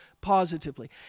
positively